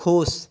ख़ुश